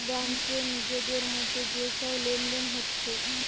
ব্যাংকে নিজেদের মধ্যে যে সব লেনদেন হচ্ছে